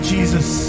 Jesus